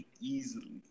easily